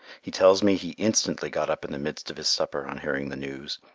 he tells me he instantly got up in the midst of his supper, on hearing the news,